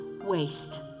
waste